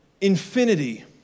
infinity